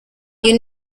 you